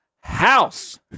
house